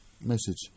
message